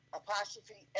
apostrophe